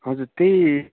हजुर त्यही